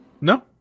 No